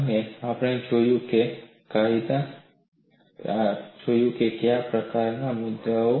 અને આપણે જોઈશું કે કયા પ્રકારના મુદ્દાઓ છે